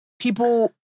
people